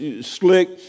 slick